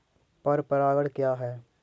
पर परागण क्या है?